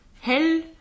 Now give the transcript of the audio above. hell